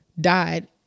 died